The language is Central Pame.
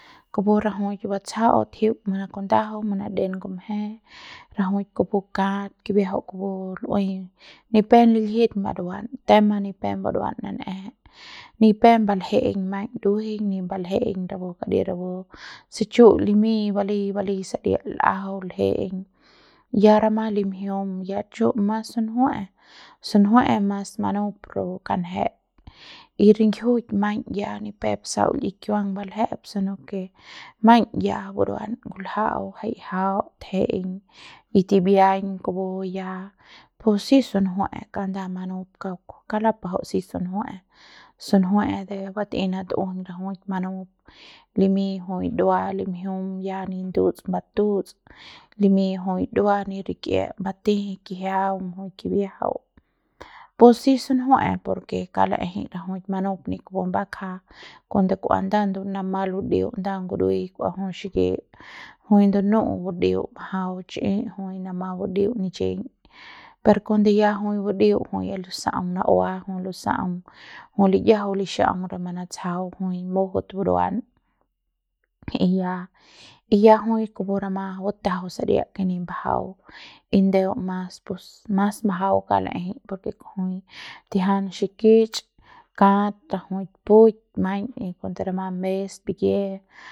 kupu rajuik batsja'aut jiuk ma kundajau manaden ngumje rajuik kupu kat kibiajau kupu lu'ui ni pep liljit buruan tema ni pe buruan nan'eje ni pep bal'ejeiñ maiñ duejeiñ ni bal'ejeiñ rapu kari ke rapu se chu limiñ balei balei saria la'ajau l'ejeiñ ya rama limjium ya chu mas sunjue'e, sunjue'e mas manup rapu kanjeet y ringjiuk maiñ ya ni pep sau l'i kiuang balje'ep si no ke maiñ ya buruan ngulja'au o jai jaut lje'eiñ y timbiaiñ kupu ya pus si sunjue'e kanda manup kauk kauk lapajau si sunjue'e sunjue'e de batei batjuiñ rajuik manup limiñ jui dua limjium ya ni ndu'ut batu'uts limiñ jui dua ni rik'ie bateje kijiaun jui kibiajau pus si sunjue'e por ke kauk la'ejei rajuik manup ni kupu bakja cuando nda nama ludiu'ut nda ngurui kua jui xiki jui ndunu'u ndudiut majau chi jui, jui nama badiut nichiñ pero cuando ya jui badiu jui ya lusa'aung na'ua jui ya lusa'aung jui liñajau lixa'aung ne manatsjau jui mujut buruan y ya y ya kupu jui rama batjau saria ke nip bajau y ndeu mas pus mas majau kauk la'ejei por ke kujui tijian xikich kat rajuik pu'uik y maiñ cuando rama mes pikie.